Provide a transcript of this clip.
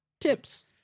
Tips